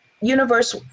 universe